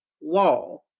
wall